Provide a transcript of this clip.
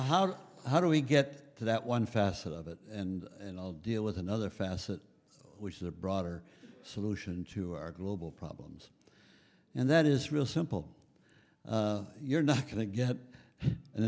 do how do we get that one facet of it and i'll deal with another facet which is a broader solution to our global problems and that is real simple you're not going to get an